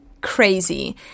Crazy